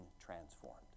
transformed